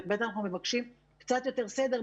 וב', אנחנו מבקשים קצת יותר סדר.